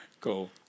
Cool